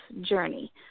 journey